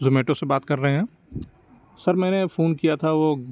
زمیٹو سے بات کر رہے ہیں سر میں نے فون کیا تھا وہ